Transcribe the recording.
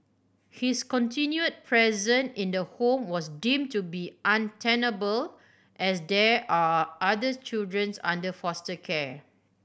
his continued presence in the home was deemed to be untenable as there are others children's under foster care